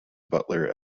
butler